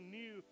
new